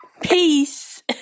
Peace